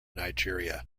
nigeria